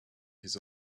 his